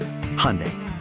Hyundai